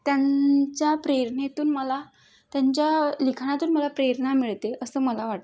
त्यांच्या प्रेरणेतून मला त्यांच्या लिखाणातून मला प्रेरणा मिळते असं मला वाटतं